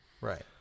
Right